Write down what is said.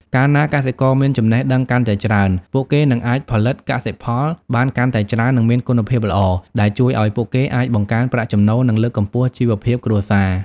កាលណាកសិករមានចំណេះដឹងកាន់តែច្រើន ពួកគេនឹងអាចផលិតកសិផលបានកាន់តែច្រើន និងមានគុណភាពល្អ ដែលជួយឲ្យពួកគេអាចបង្កើនប្រាក់ចំណូល និងលើកកម្ពស់ជីវភាពគ្រួសារ។